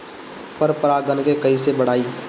पर परा गण के कईसे बढ़ाई?